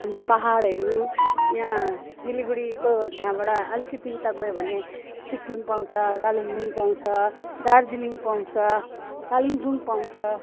अनि पाहाडहरू यहाँ सिलगढीको त्यहाँबाट अलिकति उता गयो भने सिक्किम पाउँछ कालिम्पोङ पाउँछ दार्जिलिङ पाउँछ कालिम्पोङ पाउँछ